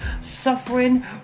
suffering